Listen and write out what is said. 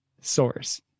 source